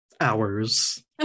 hours